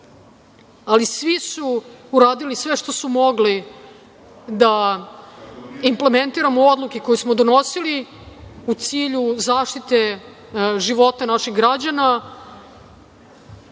ali svi su uradili sve što su mogli da implementiramo odluke koje smo donosili u cilju zaštite života naših građana.